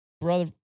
brother